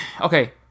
Okay